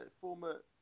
former